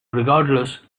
regardless